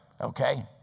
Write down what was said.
Okay